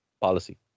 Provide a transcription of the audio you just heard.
policy